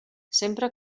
sempre